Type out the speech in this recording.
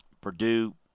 Purdue